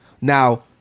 Now